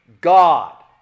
God